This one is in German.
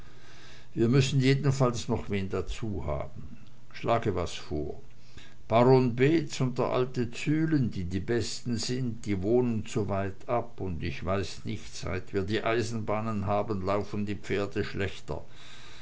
wir müssen jedenfalls noch wen dazu haben schlage was vor baron beetz und der alte zühlen die die besten sind die wohnen zu weit ab und ich weiß nicht seit wir die eisenbahnen haben laufen die pferde schlechter